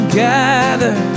gather